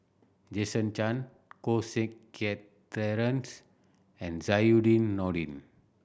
Jason Chan Koh Seng Kiat Terence and Zainudin Nordin